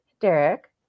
Derek